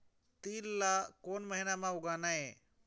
तील ला कोन महीना म उगाना ये?